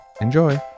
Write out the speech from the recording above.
Enjoy